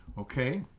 Okay